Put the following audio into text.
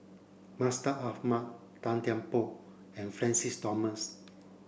Mustaq Ahmad Tan Kian Por and Francis Thomas